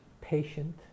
Patient